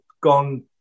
gone